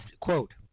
quote